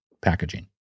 packaging